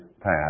path